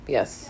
Yes